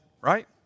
right